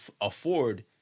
afford